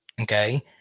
Okay